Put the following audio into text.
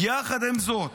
יחד עם זאת,